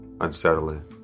unsettling